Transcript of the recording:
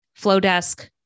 Flowdesk